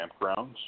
campgrounds